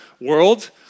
world